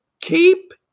keep